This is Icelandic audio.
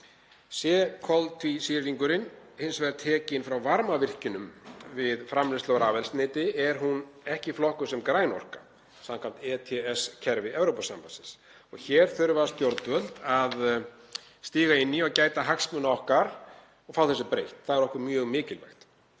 Sé koltvísýringurinn hins vegar tekinn frá varmavirkjunum við framleiðslu á rafeldsneyti er það ekki flokkuð sem græn orka samkvæmt ETS-kerfi Evrópusambandsins. Hér þurfa stjórnvöld að stíga inn í og gæta hagsmuna okkar og fá þessu breytt. Það er okkur mjög mikilvægt.